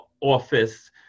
office